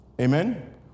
Amen